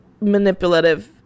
manipulative